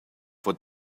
for